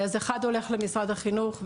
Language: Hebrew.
אז אחד הולך למשרד החינוך,